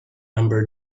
number